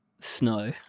snow